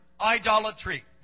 idolatry